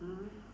uh